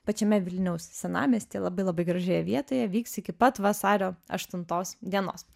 pačiame vilniaus senamiestyje labai labai gražioje vietoje vyks iki pat vasario aštuntos dienos